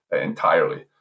entirely